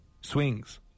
swings